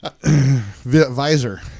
visor